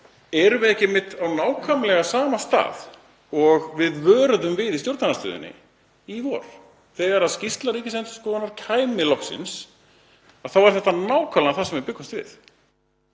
Erum við ekki á nákvæmlega sama stað og við vöruðum við í stjórnarandstöðunni í vor, að þegar skýrsla Ríkisendurskoðunar kæmi loksins þá kæmi fram nákvæmlega það sem við bjuggumst við?